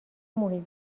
محیط